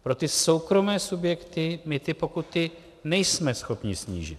Pro soukromé subjekty my ty pokuty nejsme schopni snížit.